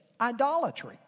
idolatry